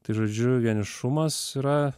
tai žodžiu vienišumas yra